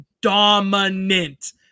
dominant